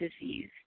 disease